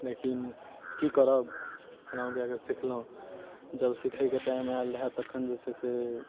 लेकिन कि करब केनाहिओ कऽ कऽ सिखलहुँ जब सिखैके टाइम आएल रहै तखन जे छै से